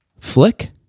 Flick